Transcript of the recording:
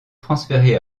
transférée